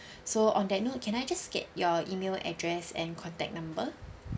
so on that note can I just get your email address and contact number